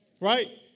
right